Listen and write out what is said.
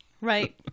Right